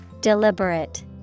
deliberate